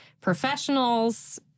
professionals